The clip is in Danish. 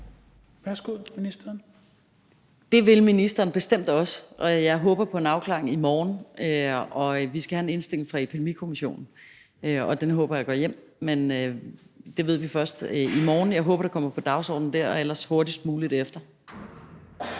Rosenkrantz-Theil): Det vil ministeren bestemt også, og jeg håber på en afklaring i morgen. Vi skal have en indstilling fra Epidemikommissionen, og den håber jeg går hjem, men det ved vi først i morgen. Jeg håber, det kommer på dagsordenen der og ellers hurtigst muligt efter.